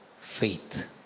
faith